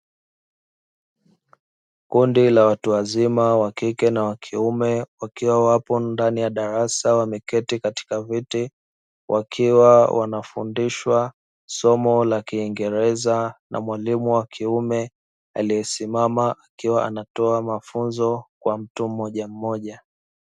Kundi la watu wazima wakike na wakiume wakiwa wapo ndani ya darasa wameketi katika viti wakiwa wanafundishwa somo la kingereza na mwalimu wa kiume aliye simama akiwa anatoaa mafunzo kwa mtu mmoja mmoja